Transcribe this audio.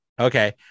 Okay